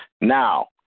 Now